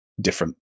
different